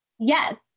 Yes